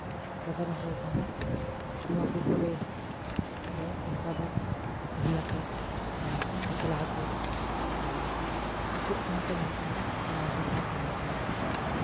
ᱥᱟᱫᱷᱟᱨᱚᱱ ᱦᱚᱲ ᱠᱚᱦᱚᱸ ᱱᱚᱣᱟ ᱥᱩᱨ ᱠᱚᱨᱮ ᱫᱚ ᱚᱱᱠᱟ ᱫᱚ ᱨᱩᱭ ᱦᱟᱹᱠᱩ ᱟᱨ ᱠᱟᱛᱞᱟ ᱦᱟᱹᱠᱩ ᱟᱨ ᱤᱪᱟᱹᱜ ᱠᱚᱦᱚᱸ ᱠᱚ ᱧᱟᱢᱚᱜ ᱜᱮᱭᱟ ᱟᱨ ᱢᱟᱹᱜᱽᱨᱤ ᱠᱚᱦᱚᱸ ᱠᱚ ᱧᱟᱢᱚᱜ ᱜᱮᱭᱟ